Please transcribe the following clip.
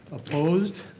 opposed?